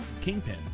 Kingpin